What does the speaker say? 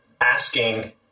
asking